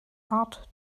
art